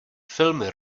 filmy